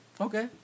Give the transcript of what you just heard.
Okay